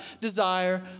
desire